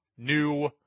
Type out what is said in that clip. new